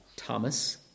Thomas